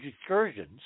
excursions